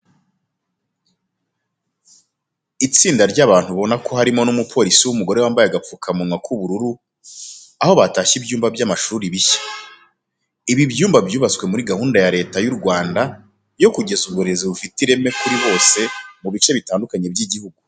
Itsinda ry'abantu ubona ko harimo n'umuporisi w'umugore wambaye n'agapfukamunwa k'ubururu, aho batashye ibyumba by'amashuri bishyashya. Ibi byumba byubatswe muri gahunda ya Leta y'u Rwanda yo kugeza uburezi bufite ireme kuri bose mu bice bitandukanye by'igihugu.